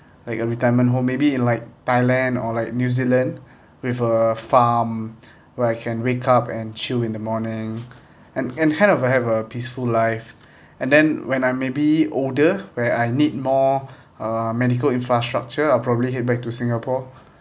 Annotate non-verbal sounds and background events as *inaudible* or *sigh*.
like a retirement home maybe in like thailand or like new zealand with a farm *breath* where I can wake up and chill in the morning and and kind of a have a peaceful life and then when I'm maybe older where I need more *breath* medical infrastructure I probably head back to singapore